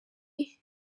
munsi